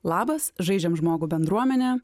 labas žaidžiam žmogų bendruomene